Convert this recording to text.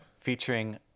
featuring